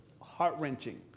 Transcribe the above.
heart-wrenching